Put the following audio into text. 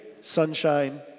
sunshine